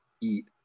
eat